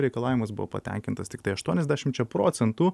reikalavimas buvo patenkintas tiktai aštuoniasdešimčia procentų